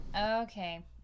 okay